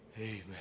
Amen